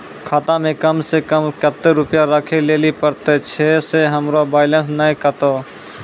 खाता मे कम सें कम कत्ते रुपैया राखै लेली परतै, छै सें हमरो बैलेंस नैन कतो?